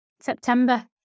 September